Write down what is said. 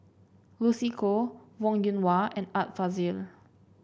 Lucy Koh Wong Yoon Wah and Art Fazil